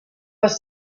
was